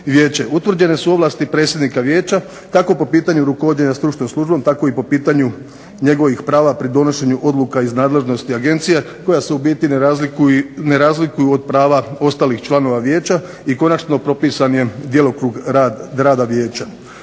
Utvrđene su ovlasti predsjednika Vijeća kako po pitanju rukovođenja stručnom službom tako po pitanju njegovih prava pri donošenju odluka iz nadležnosti Agencija koja se u biti ne razlikuju od prava ostalih članova Vijeća, i konačno propisan je djelokrug rada vijeća.